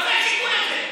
מה זה, הזה?